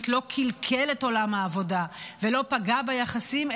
לא קלקל את עולם העבודה ולא פגע ביחסים,